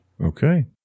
Okay